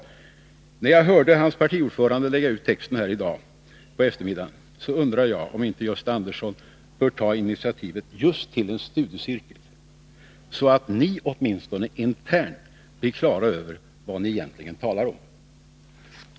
Efter att ha hört hans partiordförande lägga ut texten i dag på eftermiddagen undrar jag, om inte Gösta Andersson bör ta initiativet just till en studiecirkel så att ni åtminstone internt blir klara över vad ni egentligen talar om.